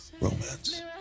romance